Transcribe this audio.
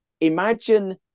imagine